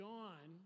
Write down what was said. John